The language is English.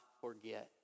forget